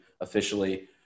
officially